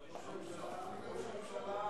ראש הממשלה,